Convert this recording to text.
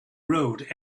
road